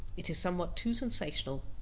it is somewhat too sensational.